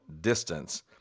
distance